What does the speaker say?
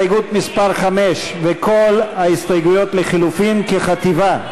וכל ההסתייגויות לחלופין כחטיבה.